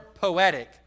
poetic